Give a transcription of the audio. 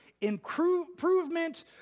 Improvement